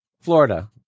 Florida